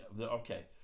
Okay